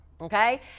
okay